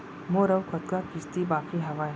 मोर अऊ कतका किसती बाकी हवय?